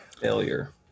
Failure